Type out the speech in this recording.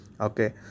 okay